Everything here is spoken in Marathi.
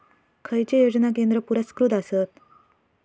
खैचे योजना केंद्र पुरस्कृत आसत?